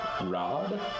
Rod